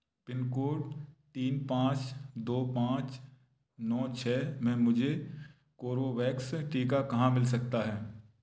pin code तीन पाँच दो पाँच नौ छ में मुझे कोर्बेवैक्स टीका कहाँ मिल सकता है